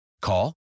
Call